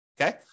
Okay